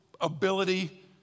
ability